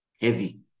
heavy